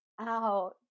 out